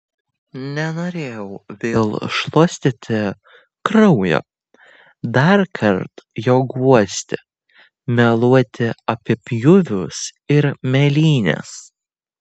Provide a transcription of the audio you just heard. nenorėjau vėl šluostyti kraujo darkart jo guosti meluoti apie pjūvius ir mėlynes